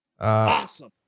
Awesome